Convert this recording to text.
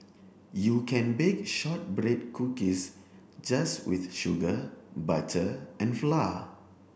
you can bake shortbread cookies just with sugar butter and flour